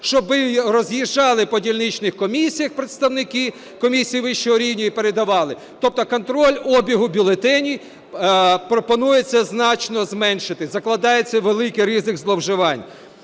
щоби роз'їжджали по дільничних комісіях представники комісій вищого рівня і передавали. Тобто контроль обігу бюлетенів пропонується значно зменшити, закладається великий ризик зловживань.